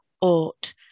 ought